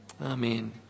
Amen